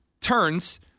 turns